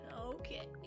Okay